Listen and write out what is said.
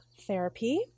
therapy